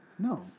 No